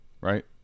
right